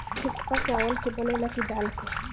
थुक्पा चावल के बनेला की दाल के?